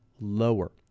lower